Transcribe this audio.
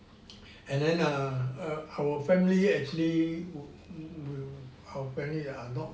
and then err err our family actually we we our family are not